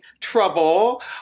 trouble